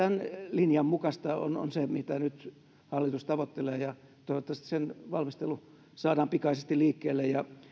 linjan mukaista on on se mitä nyt hallitus tavoittelee ja toivottavasti sen valmistelu saadaan pikaisesti liikkeelle ja